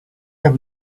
have